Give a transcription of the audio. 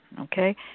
okay